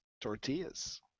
tortillas